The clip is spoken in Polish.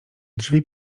drzwi